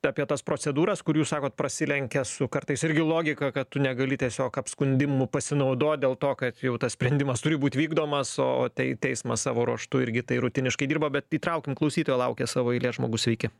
apie tas procedūras kur jūs sakot prasilenkia su kartais irgi logika kad tu negali tiesiog apskundimu pasinaudot dėl to kad jau tas sprendimas turi būt vykdomas o o tai teismas savo ruožtu irgi tai rutiniškai dirba bet įtraukim klausytoją laukia savo eilės žmogus sveiki